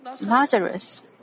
Lazarus